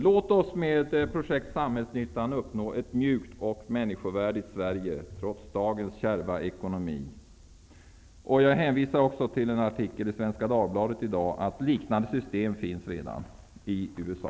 Låt oss med projekt Samhällsnyttan uppnå ett mjukt och människovärdigt Sverige trots dagens kärva ekonomi. Jag hänvisar till en artikel i Svenska Dagbladet i dag där det framgår att liknande system redan finns i USA.